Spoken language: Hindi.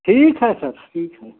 ठीक है सर ठीक है